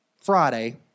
Friday